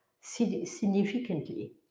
significantly